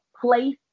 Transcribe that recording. place